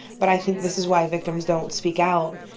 but i think this is why victims don't speak out.